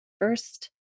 first